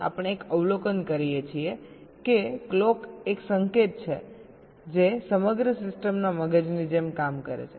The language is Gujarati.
તેથી આપણે એક અવલોકન કરીએ છીએ કે ક્લોક એક સંકેત છે જે સમગ્ર સિસ્ટમના મગજની જેમ કામ કરે છે